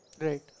right